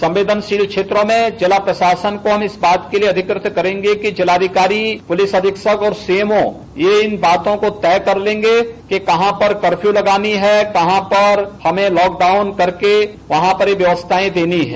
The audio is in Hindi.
संवेदनशील क्षेत्रों में जिला प्रशासन को हम इस बात के लिये अधिकृत करेंगे कि जिलाधिकारी पुलिस अधीक्षक और सीएमओ यह इन बातों को तय कर लेंगे कि कहां पर कर्फ्यू लगानी है कहां पर हमें लॉकडाउन करके वहां पर यह व्यवस्थाएं देनी है